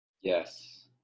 yes